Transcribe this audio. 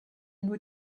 nur